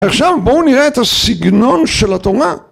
עכשיו בואו נראה את הסגנון של התורה